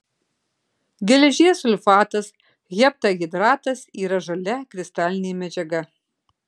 geležies sulfatas heptahidratas yra žalia kristalinė medžiaga